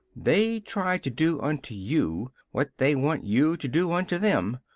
they try to do unto you what they want you to do unto them.